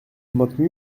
maintenu